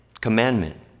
commandment